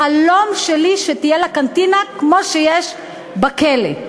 החלום שלי שתהיה לה קנטינה כמו שיש בכלא.